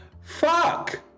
Fuck